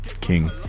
King